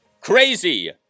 crazy